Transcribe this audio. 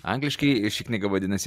angliškai ši knyga vadinasi